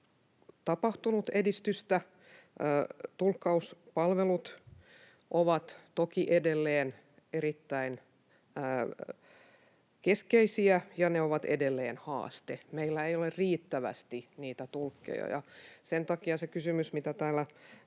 tapahtunut edistystä. Tulkkauspalvelut ovat toki edelleen erittäin keskeisiä, ja ne ovat edelleen haaste. Meillä ei ole riittävästi tulkkeja, ja sen takia se kysymys, jonka täällä